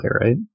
right